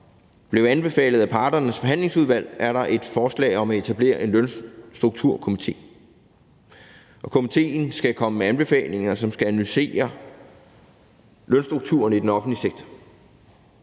blev anbefalet af parternes forhandlingsudvalg, er der et forslag om at etablere en lønstrukturkomité, og komitéen skal komme med anbefalinger, som skal analysere lønstrukturen i den offentlige sektor.